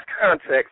context